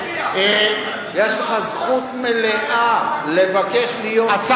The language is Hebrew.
יש לך זכות מלאה לבקש להיות שר,